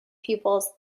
pupils